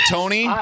Tony